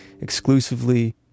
exclusively